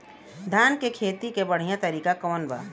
धान के खेती के बढ़ियां तरीका कवन बा?